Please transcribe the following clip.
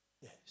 Yes